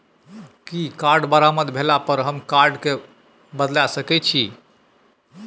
कि कार्ड बरबाद भेला पर हम कार्ड केँ बदलाए सकै छी?